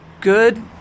Good